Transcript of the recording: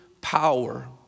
power